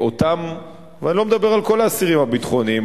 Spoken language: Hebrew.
אני לא מדבר על כל האסירים הביטחוניים,